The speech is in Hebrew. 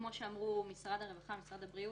כמו שאמרו משרד הרווחה, משרד הבריאות,